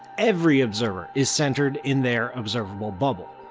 every observer is centered in their observable bubble.